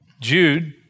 Jude